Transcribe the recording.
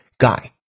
Guy